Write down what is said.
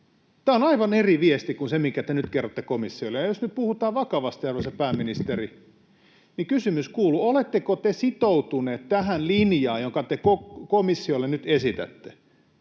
Tämä on aivan eri viesti kuin se, minkä te nyt kerrotte komissiolle. Jos nyt puhutaan vakavasti, arvoisa pääministeri, niin kysymys kuuluu, oletteko te sitoutuneet tähän linjaan, jonka te komissiolle nyt esitätte,